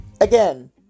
again